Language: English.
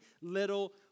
little